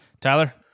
Tyler